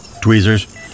Tweezers